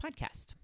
podcast